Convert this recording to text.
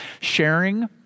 sharing